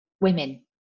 women